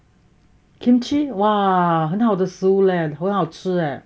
kimchi 哇很好的食物嘞很好吃